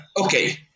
okay